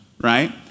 right